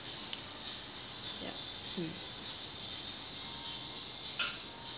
ya